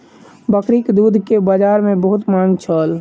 बकरीक दूध के बजार में बहुत मांग छल